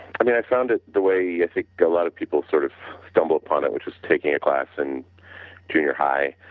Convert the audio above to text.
i mean i found it the way yeah i think a lot of people sort of stumble upon which is taking a class in junior high.